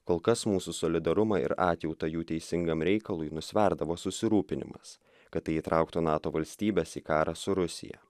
kol kas mūsų solidarumą ir atjautą jų teisingam reikalui nusverdavo susirūpinimas kad tai įtrauktų nato valstybes į karą su rusija